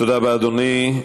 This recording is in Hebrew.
תודה רבה, אדוני.